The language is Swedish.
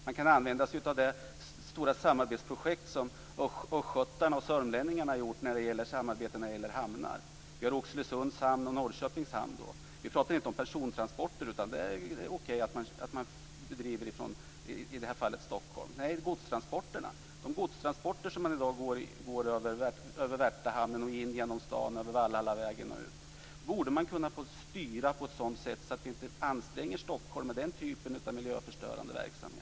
Man kan använda sig av det stora samarbetsprojekt som östgötarna och sörmlänningarna gjort i fråga om hamnar. Exempel på det är Oxelösunds hamn och Norrköpings hamn. Jag talar då inte om persontransporter - det är okej att bedriva den typen av transporter från i detta fall Stockholm - utan om godstransporter, de godstransporter som i dag sker från Dessa transporter borde kunna styras på ett sådant sätt att Stockholm inte ansträngs av den typen av miljöförstörande verksamhet.